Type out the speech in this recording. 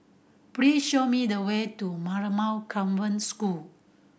please show me the way to Marymount Convent School